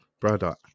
brother